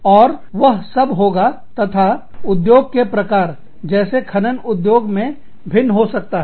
और वह सब होगा तथा उद्योग के प्रकार जैसे खनन उद्योग में भिन्न हो सकता है